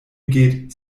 geht